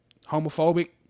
homophobic